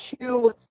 two